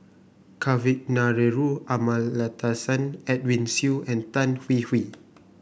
Kavignareru Amallathasan Edwin Siew and Tan Hwee Hwee